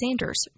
Sanders